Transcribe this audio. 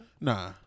Nah